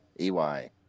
E-Y